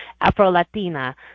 Afro-Latina